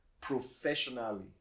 Professionally